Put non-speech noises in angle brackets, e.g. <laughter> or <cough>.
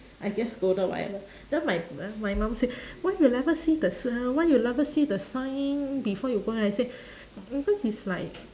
I get scolded whatever then my my mum say why you never see the s~ uh why you never see the sign before you go in I say <breath> because is like